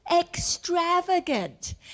extravagant